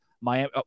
Miami